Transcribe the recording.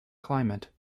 climate